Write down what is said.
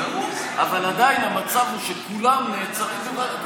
אבל עדיין המצב הוא שכולם נעצרים בוועדת הכנסת.